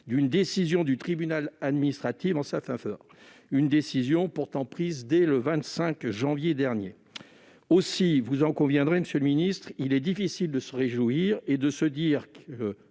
d'une décision du tribunal administratif en sa faveur. Une décision pourtant prise dès le 25 janvier dernier ! Aussi, vous en conviendrez, monsieur le secrétaire d'État, il est difficile de se réjouir et de considérer que